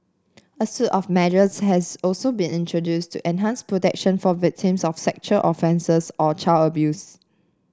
a suite of measures has also been introduced to enhance protection for victims of sexual offences or child abuse